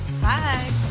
bye